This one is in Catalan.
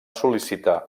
sol·licitar